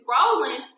scrolling